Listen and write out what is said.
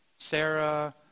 Sarah